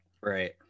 Right